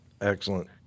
Excellent